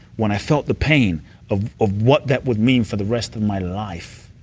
when i felt the pain of of what that would mean for the rest of my life,